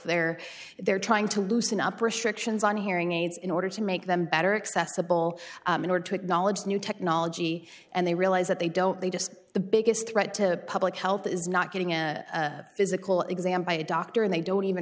there they're trying to loosen up restrictions on hearing aids in order to make them better accessible in order to acknowledge new technology and they realize that they don't they just the biggest threat to public health is not getting a physical exam by a doctor and they don't even